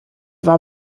war